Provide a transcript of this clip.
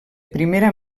primera